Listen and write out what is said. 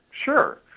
sure